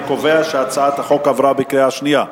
אני קובע שהצעת החוק עברה בקריאה שנייה.